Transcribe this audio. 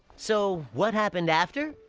so. what happened after?